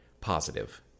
positive